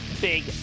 big